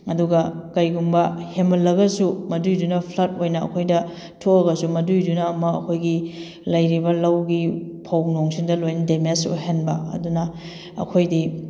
ꯑꯗꯨꯒ ꯀꯩꯒꯨꯝꯕ ꯍꯦꯃꯜꯂꯒꯁꯨ ꯃꯗꯨꯏꯗꯨꯅ ꯐ꯭ꯂꯠ ꯑꯣꯏꯅ ꯑꯩꯈꯣꯏꯗ ꯊꯣꯛꯑꯒꯁꯨ ꯃꯗꯨꯏꯗꯨꯅ ꯑꯃꯨꯛ ꯑꯩꯈꯣꯏꯒꯤ ꯂꯩꯔꯤꯕ ꯂꯧꯒꯤ ꯐꯧ ꯅꯨꯡꯁꯤꯗ ꯂꯣꯏꯅ ꯗꯦꯃꯦꯖ ꯑꯣꯏꯍꯟꯕ ꯑꯗꯨꯅ ꯑꯩꯈꯣꯏꯗꯤ